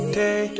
day